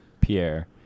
Pierre